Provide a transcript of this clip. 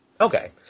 Okay